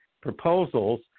proposals